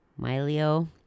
Milio